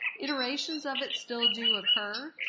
iterations of it still do occur.